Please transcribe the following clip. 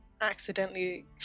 accidentally